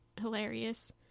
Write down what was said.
hilarious